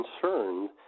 concerned